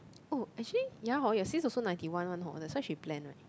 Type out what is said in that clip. oh actually ya hor your sis also ninety one one hor that's why she plan